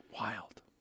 wild